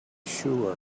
sure